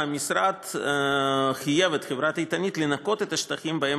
המשרד חייב את חברת "איתנית" לנקות את השטחים שבהם